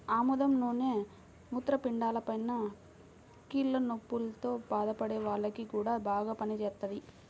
ఆముదం నూనె మూత్రపిండాలపైన, కీళ్ల నొప్పుల్తో బాధపడే వాల్లకి గూడా బాగా పనిజేత్తది